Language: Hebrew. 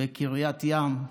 בקריית ים.